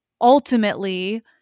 ultimately